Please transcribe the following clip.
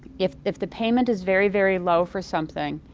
if if the payment is very, very low for something,